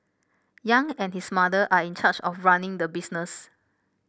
Yang and his mother are in charge of running the business